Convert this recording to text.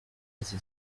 ati